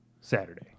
Saturday